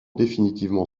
définitivement